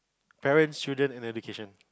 parents children and education